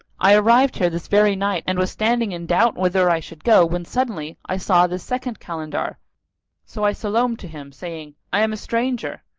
i arrived here this very night, and was standing in doubt whither i should go, when suddenly i saw this second kalandar so i salam'd to him saying i am a stranger!